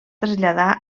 traslladar